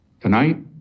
Tonight